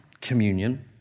communion